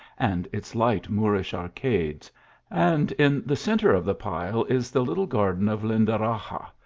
and its light moorish arcades and in the cen rre of the pile is the little garden of lindaraxa,